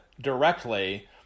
directly